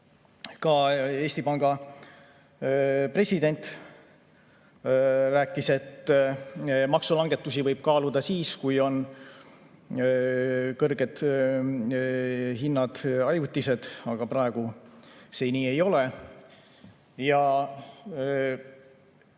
Ka Eesti Panga president rääkis, et maksulangetusi võib kaaluda siis, kui kõrged hinnad on ajutised, aga praegu see nii ei ole.